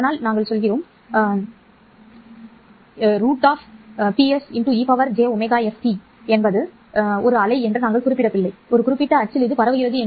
அதனால் நாங்கள் சொன்னோம் sePse j ωst அலை என்று நாங்கள் குறிப்பிடவில்லை ஒரு குறிப்பிட்ட அச்சில் பரப்புகிறது